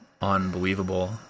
unbelievable